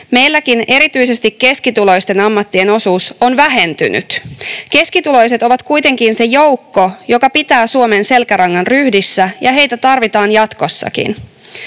Meilläkin erityisesti keskituloisten ammattien osuus on vähentynyt. Keskituloiset ovat kuitenkin se joukko, joka pitää Suomen selkärangan ryhdissä, ja heitä tarvitaan jatkossakin.